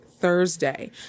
Thursday